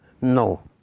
no